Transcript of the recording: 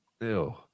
Ew